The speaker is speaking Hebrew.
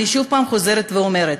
אני חוזרת ואומרת